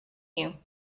you